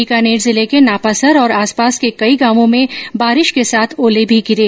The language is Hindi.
बीकानेर जिले के नापासर और आसपास के कई गांवो में बारिश के साथ ओले भी गिरे